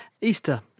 Easter